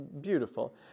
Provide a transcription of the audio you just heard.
beautiful